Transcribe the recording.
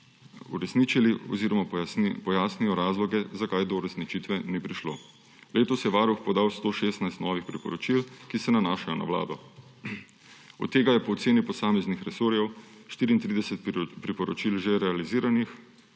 uresničijo oziroma pojasnijo razloge, zakaj do uresničitve ni prišlo. Letos je Varuh podal 116 novih priporočil, ki se nanašajo na Vlado. Od tega je po oceni posameznih resorjev 34 priporočil že realiziranih,